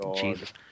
Jesus